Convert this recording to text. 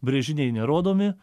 brėžiniai nerodomi